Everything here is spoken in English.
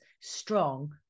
strong